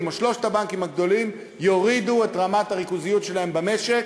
או שלושת הבנקים הגדולים יורידו את רמת הריכוזיות שלהם במשק.